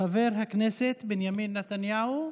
חבר הכנסת בנימין נתניהו,